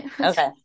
Okay